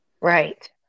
Right